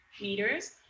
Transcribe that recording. meters